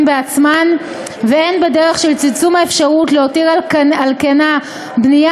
בעצמן והן בדרך של צמצום האפשרות להותיר על כנה בנייה